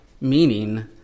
meaning